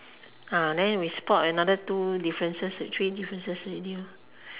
then we spot another two differences with three differences already